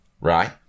right